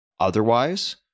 Otherwise